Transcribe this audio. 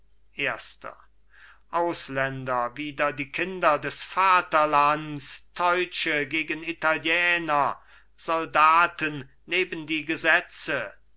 erster ausländer wider die kinder des vaterlands teutsche gegen italiener soldaten neben die gesetze